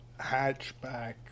hatchback